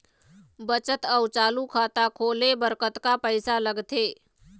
बचत अऊ चालू खाता खोले बर कतका पैसा लगथे?